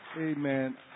Amen